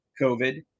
covid